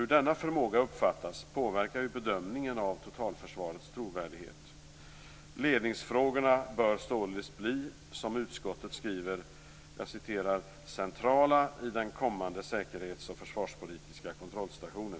Hur denna förmåga uppfattas påverkar bedömningen av totalförsvarets trovärdighet. Ledningsfrågorna bör således bli, som utskottet skriver, "- centrala i den kommande säkerhets och försvarspolitiska kontrollstationen